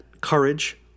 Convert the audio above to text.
courage